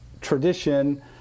tradition